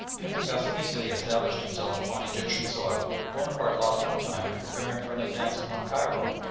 having thus easily established himself upon egyptian soil, bonaparte lost no time in preparing for an advance upon cairo,